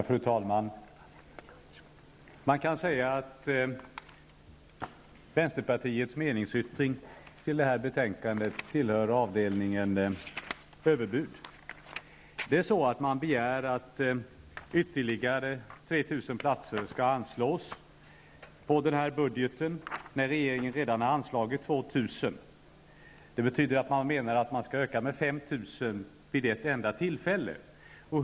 Fru talman! Man kan säga att vänsterpartiets meningsyttring till detta betänkande tillhör avdelningen överbud. Vänsterpartiet begär att det i budgeten skall anslås medel för ytterligare 3 000 platser. Regeringen har redan avsatt medel till 2 000 platser. Vänsterpartiet anser således att antalet platser skall utökas med 5 000 vid ett och samma tillfälle.